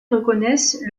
reconnaissent